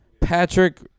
Patrick